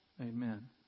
Amen